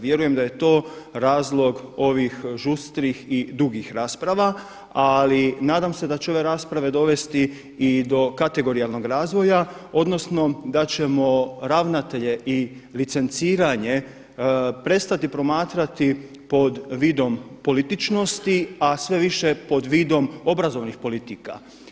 Vjerujem da je to razlog ovih žustrih i dugih rasprava ali nadam se da će ove rasprave dovesti i do kategorijalnog razvoja odnosno da ćemo ravnatelje i licenciranje prestati promatrati pod vidom političnosti a sve više pod vidom obrazovnih politika.